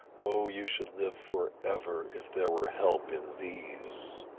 oh, you should live for ever if there were help in these.